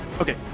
okay